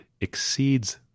exceeds